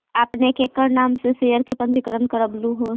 आपने केकर नाम से शेयर का पंजीकरण करवलू